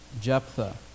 Jephthah